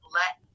let